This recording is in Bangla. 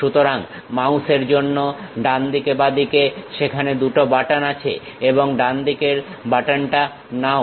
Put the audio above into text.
সুতরাং মাউসের জন্য ডানদিকে বাঁদিকে সেখানে 2 টো বাটন আছে এবং ডান দিকের বাটনটা নাও